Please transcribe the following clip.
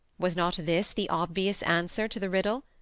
was not this the obvious answer to the riddle?